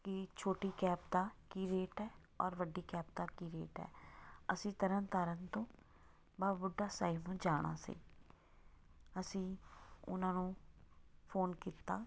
ਕਿ ਛੋਟੀ ਕੈਬ ਦਾ ਕੀ ਰੇਟ ਹੈ ਔਰ ਵੱਡੀ ਕੈਬ ਦਾ ਕੀ ਰੇਟ ਹੈ ਅਸੀਂ ਤਰਨ ਤਾਰਨ ਤੋਂ ਬਾਬਾ ਬੁੱਢਾ ਸਾਹਿਬ ਨੂੰ ਜਾਣਾ ਸੀ ਅਸੀਂ ਉਹਨਾਂ ਨੂੰ ਫੋਨ ਕੀਤਾ